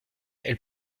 elle